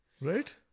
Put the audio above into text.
Right